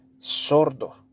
Sordo